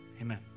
amen